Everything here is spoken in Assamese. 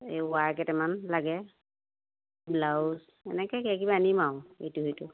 এই উৱাৰ কেইটামান লাগে ব্লাউজ এনেকে কিবা কিবি আনিম আউ এইটো সেইটো